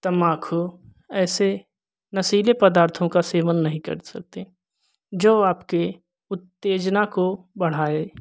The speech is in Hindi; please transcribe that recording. तंबाकू ऐसे नशीले पदार्थों का सेवन नहीं कर सकते जो आपके उत्तेजना को बढ़ाएँ